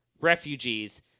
refugees